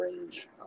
range